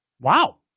Wow